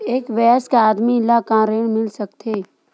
एक वयस्क आदमी ला का ऋण मिल सकथे?